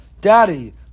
Daddy